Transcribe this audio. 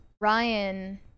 Ryan